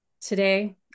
today